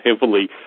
heavily